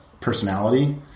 personality